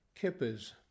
kippers